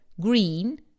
green